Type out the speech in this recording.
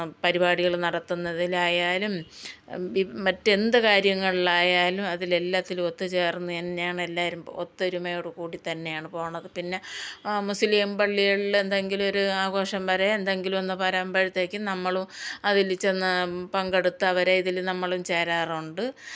പരിപാടികൾ നടത്തുന്നതിലായാലും മറ്റെന്തുകാര്യങ്ങളിലായാലും അതിലെല്ലാത്തിലും ഒത്തു ചേർന്ന് തന്നെയാണ് എല്ലാവരും ഒത്തൊരുമയോടു കൂടി തന്നെയാണ് പോകുന്നത് പിന്നെ മുസ്ലിം പള്ളികളിൽ എന്തെങ്കിലും ഒരു ആഘോഷം വരെ എന്തെങ്കിലും ഒന്ന് വരുമ്പോഴത്തേക്കും നമ്മളും അതിൽ ചെന്ന് പങ്കെടുത്തവരെ ഇതിൽ നമ്മളും ചേരാറുണ്ട്